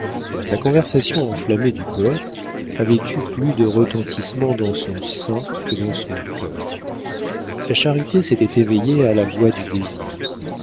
la conversation enflammée du poète avait eu plus de retentissement dans son sein que dans son cœur la charité s'était éveillée à la voix du désir